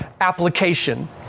application